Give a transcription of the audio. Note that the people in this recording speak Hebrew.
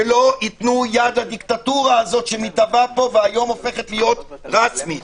ולא ייתנו יד לדיקטטורה הזאת המתהווה פה והיום הופכת להיות רשמית.